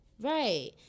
right